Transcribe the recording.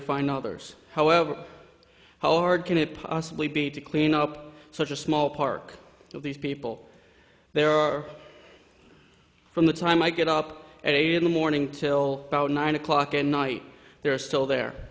find others however how hard can it possibly be to clean up such a small park if these people there are from the time i get up at eight in the morning till about nine o'clock at night there are still there